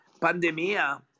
pandemia